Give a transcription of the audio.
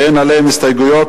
שאין עליהם הסתייגויות,